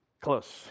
close